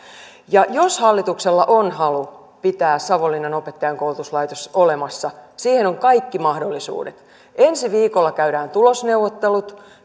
jos hallituksella on halu pitää savonlinnan opettajankoulutuslaitos olemassa siihen on kaikki mahdollisuudet ensi viikolla käydään tulosneuvottelut